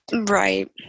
Right